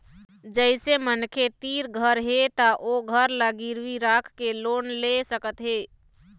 जइसे मनखे तीर घर हे त ओ घर ल गिरवी राखके लोन ले सकत हे